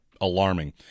alarming